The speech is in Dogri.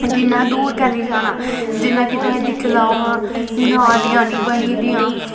जियां दूर कली जाना जियां कि तुहें दिक्खी लैओ हां नालियां न बनी दियां